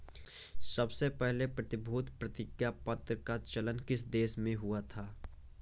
सबसे पहले प्रतिभूति प्रतिज्ञापत्र का चलन किस देश में हुआ था?